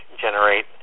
generate